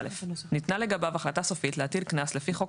"(7א)ניתנה לגביו החלטה סופית להטיל קנס לפי חוק